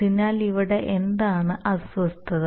അതിനാൽ ഇവിടെ എന്താണ് അസ്വസ്ഥത